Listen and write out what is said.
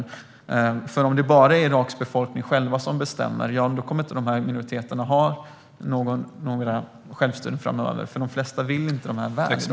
Om det bara kommer att vara Iraks befolkning som ska bestämma kommer det inte att finnas några självstyren för minoriteter framöver eftersom de flesta inte vill dem väl.